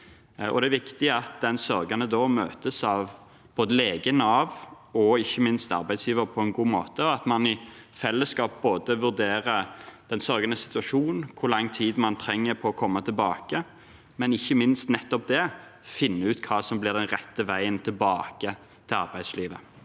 Det er viktig at den sørgende møtes av både lege, Nav og ikke minst arbeidsgiver på en god måte, og at man i fellesskap både vurderer den sørgendes situasjon, hvor lang tid man trenger på å komme tilbake, og ikke minst nettopp å finne ut hva som er den rette veien tilbake til arbeidslivet.